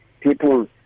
People